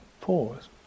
pause